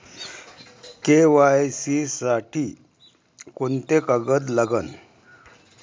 KYC साठी कोंते कागद लागन?